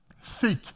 Seek